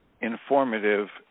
informative